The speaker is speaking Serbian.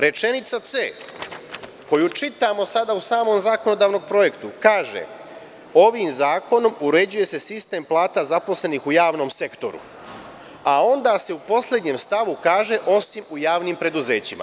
Rečenica C, koju čitamo sada u samom zakonodavnom projektu, kaže – ovim zakonom uređuje se sistem plata zaposlenih u javnom sektoru, a onda se u poslednjem stavu kaže osim u javnim preduzećima.